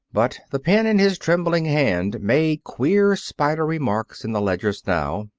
but the pen in his trembling hand made queer spidery marks in the ledgers now,